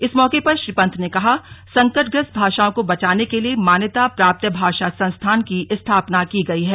इस मौके पर श्री पन्त ने कहा संकटग्रस्त भाषाओं को बचाने के लिए मान्यता प्राप्त भाषा संस्थान की स्थापना की गई है